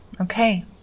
Okay